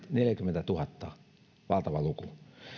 neljäkymmentätuhatta valtava luku